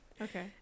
Okay